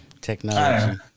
technology